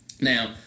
Now